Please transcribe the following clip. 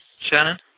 Shannon